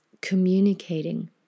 communicating